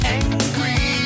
angry